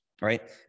right